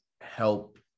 help